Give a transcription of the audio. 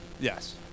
Yes